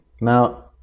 Now